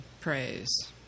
praise